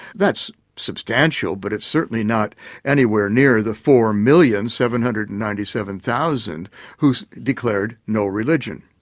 that's substantial but it's certainly not anywhere near the four million seven hundred and ninety seven thousand who declared no religion.